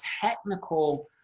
technical